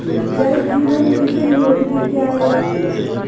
जल जीवन मिशन योजना क्या है?